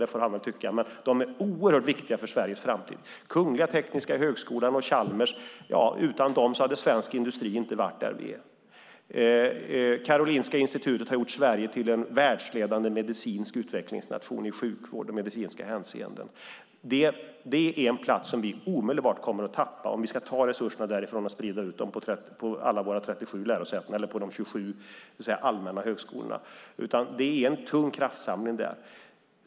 Det får han väl tycka, men de är oerhört viktiga för Sveriges framtid. Utan Kungl. Tekniska högskolan och Chalmers hade svensk industri inte varit där den är. Karolinska Institutet har gjort Sverige till en världsledande medicinsk utvecklingsnation - vad gäller sjukvård och i medicinskt hänseende. Det är en plats som vi omedelbart kommer att förlora om vi ska ta resurserna därifrån och sprida ut dem på alla våra 37 lärosäten eller på de 27 allmänna högskolorna. Där finns en stor kraftsamling.